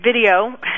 video